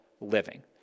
living